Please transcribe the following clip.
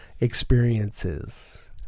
experiences